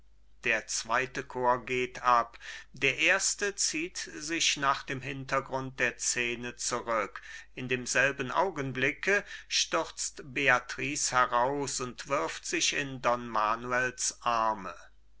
der zweite chor geht ab der erste zieht sich nach dem hintergrund der scene zurück in demselben augenblicke stürzt beatrice heraus und wirft sich in don manuels arme